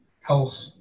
health